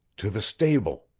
to the stable.